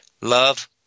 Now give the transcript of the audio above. Love